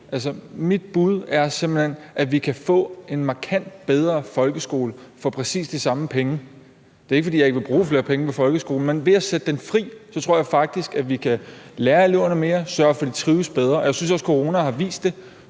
simpelt hen, at vi kan få en markant bedre folkeskole for præcis de samme penge – det er ikke, fordi jeg ikke vil bruge flere penge på folkeskolen – men ved at sætte den fri, tror jeg faktisk, at vi kan lære eleverne mere, sørge for, at de trives bedre, og jeg synes også, at corona har vist det: